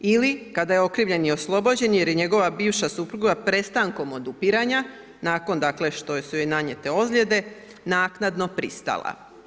Ili kada je okrivljeni oslobođen jer je njegova bivša supruga prestankom odupiranja nakon dakle, što su joj nanijete ozljede, naknadno pristala.